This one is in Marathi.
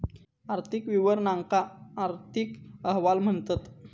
आर्थिक विवरणांका आर्थिक अहवाल म्हणतत